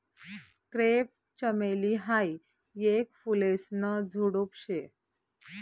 crepe चमेली हायी येक फुलेसन झुडुप शे